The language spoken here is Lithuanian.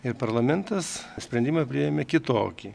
ir parlamentas sprendimą priėmė kitokį